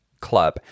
club